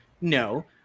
no